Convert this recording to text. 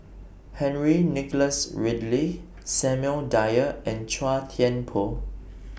Henry Nicholas Ridley Samuel Dyer and Chua Thian Poh